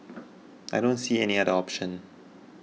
I don't see any other option